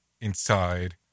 inside